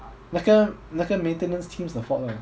那个那个 maintenance team's 的 fault ah